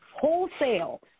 wholesale